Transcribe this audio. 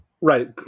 Right